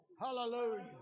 Hallelujah